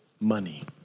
money